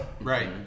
Right